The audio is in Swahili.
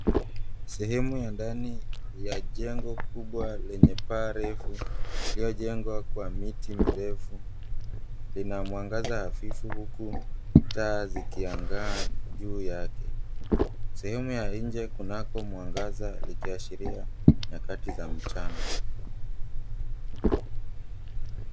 Sehemu ya ndani ya jengo kubwa yenye paa refu iliyojengwa kwa miti mirefu ina mwangaza hafifu huku taa zikiangaa juu yake, sehemu ya nje kunako mwangaza kuashiria nyakati za mchana.